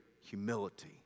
humility